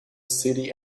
city